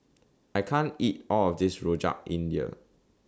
I can't eat All of This Rojak India